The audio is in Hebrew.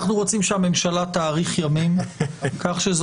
אנחנו רוצים שהממשלה תאריך ימים כך שזה